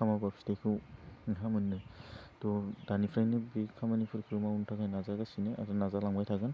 खालामाबा फिथाइखौ बहा मोननो थह दानिफ्रायनो बि खामानिफोरखौ मावनो थाखाय नाजागासिनो आरो नाजालांबाय थागोन